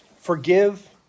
forgive